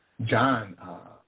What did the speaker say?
John